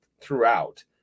throughout